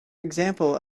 example